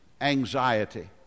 anxiety